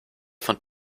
von